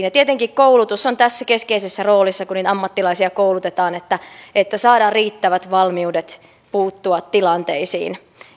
ja tietenkin koulutus on tässä keskeisessä roolissa kun niitä ammattilaisia koulutetaan että että saadaan riittävät valmiudet puuttua tilanteisiin